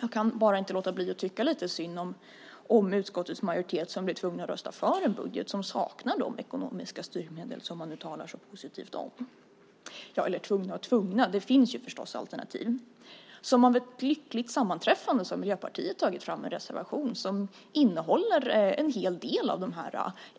Jag kan bara inte låta bli att tycka lite synd om utskottets majoritet som blir tvungen att rösta för en budget som saknar de ekonomiska styrmedel som man nu talar så positivt om. Eller tvungna och tvungna, det finns förstås alternativ. Som av ett lyckligt sammanträffande har Miljöpartiet tagit fram en reservation som innehåller en hel del av de